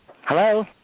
hello